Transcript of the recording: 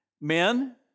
Men